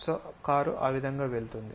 so car ఆ విధంగా వెళుతుంది